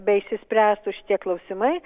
beišsispręstų šitie klausimai